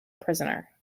prisoner